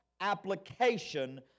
application